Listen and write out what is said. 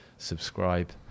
subscribe